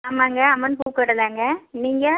ஆமாங்க அம்மன் பூக்கடை தாங்க நீங்கள்